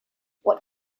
what